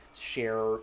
share